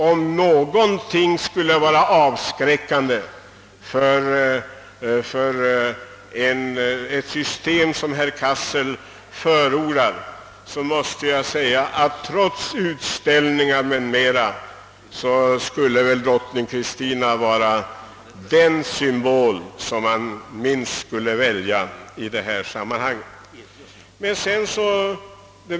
Om något exempel avskräcker från att försöka det system herr Cassel förordar, så är det väl drottning Kristina. Ingen utställning kan dölja att drottning Kristina är ett synnerligen olämpligt föredöme.